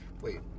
Wait